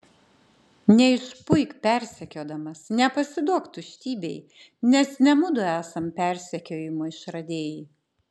neišpuik persekiodamas nepasiduok tuštybei nes ne mudu esam persekiojimo išradėjai